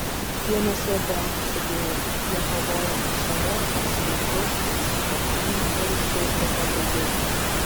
jie nesėdi rankų sudėję jie kovoja už save už vaikus už sutuoktinį ir už feisbuko draugus